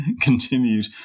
continued